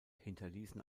hinterließen